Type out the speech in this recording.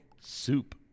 soup